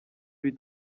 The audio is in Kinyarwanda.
ibi